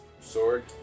sword